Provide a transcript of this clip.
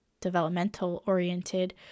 developmental-oriented